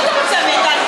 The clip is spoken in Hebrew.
מה אתה רוצה מאתנו?